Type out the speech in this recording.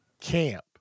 camp